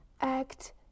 act